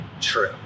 true